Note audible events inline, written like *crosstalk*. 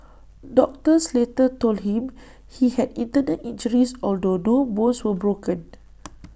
doctors later told him he had internal injuries although no bones were broken *noise*